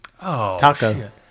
Taco